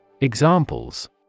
Examples